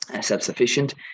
self-sufficient